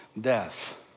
Death